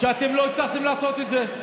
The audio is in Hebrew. ואתם לא הצלחתם לעשות את זה.